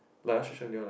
like ask they all like